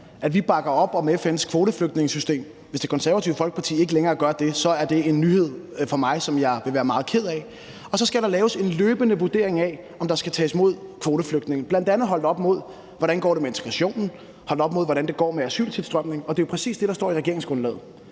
at vi bakker op om FN's kvoteflygtningesystem. Hvis Det Konservative Folkeparti ikke længere gør det, er det en nyhed for mig, som jeg vil være meget ked af. Og så skal der laves en løbende vurdering af, om der skal tages imod kvoteflygtninge, bl.a. holdt op imod, hvordan det går med integrationen, og hvordan det går med asyltilstrømningen, og det er præcis det, der står i regeringsgrundlaget.